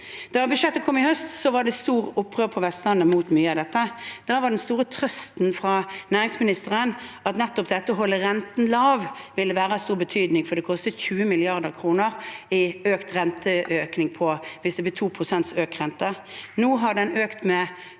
Da budsjettet kom i høst, var det stort opprør på Vestlandet mot mye av dette. Da var den store trøsten fra næringsministeren at nettopp det å holde renten lav ville være av stor betydning, for det koster 20 mrd. kr i økte renteutgifter hvis renten øker med 2 prosentpoeng. Nå har den økt med